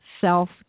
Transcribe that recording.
self